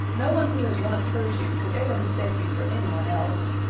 no one who has once heard you could ever mistake you for any one else.